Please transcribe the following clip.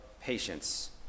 patience